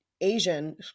Asian